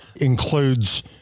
includes